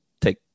take